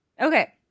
Okay